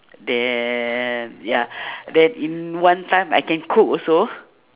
then ya then in one time I can cook also